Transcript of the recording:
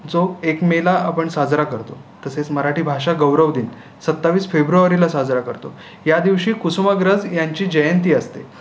जो एक मे ला आपण साजरा करतो तसेच मराठी भाषा गौरव दिन सत्तावीस फेब्रुवारीला साजरा करतो या दिवशी कुसुमाग्रज यांची जयंती असते